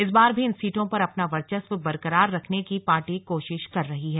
इस बार भी इन सीटों पर अपना वर्चस्व बरकरार रखने की पार्टी कोशिश कर रही है